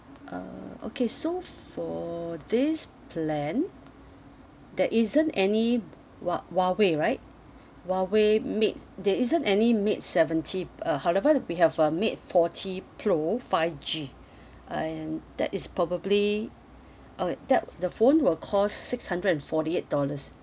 uh okay so for this plan there isn't any hua~ Huawei right Huawei mate there isn't any mate seventy uh however we have a mate forty pro five G and that is probably uh that the phone will cost six hundred and forty eight dollars